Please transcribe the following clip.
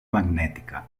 magnètica